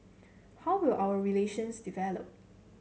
how will our relations develop